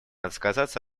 отказаться